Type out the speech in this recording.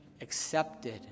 accepted